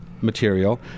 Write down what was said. material